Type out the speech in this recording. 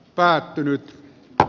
päättynyt ab